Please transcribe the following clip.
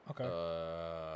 Okay